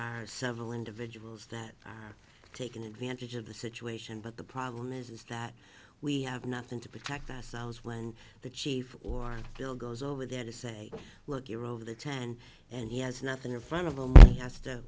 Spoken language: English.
are several individuals that are taking advantage of the situation but the problem is is that we have nothing to protect ourselves when the chief or bill goes over there to say look you're over the ten and he has nothing in front of them as to